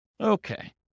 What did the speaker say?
Okay